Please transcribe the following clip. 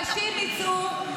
שאנשים יצאו,